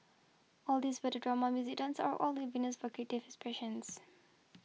all these whether drama music dance are all for creative expressions